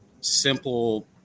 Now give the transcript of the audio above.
simple